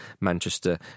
Manchester